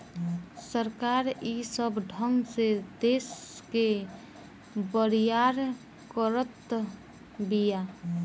सरकार ई सब ढंग से देस के बरियार करत बिया